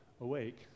awake